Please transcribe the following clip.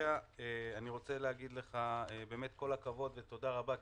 לפריפריה אני רוצה להגיד לך באמת כל הכבוד ותודה רבה,